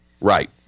Right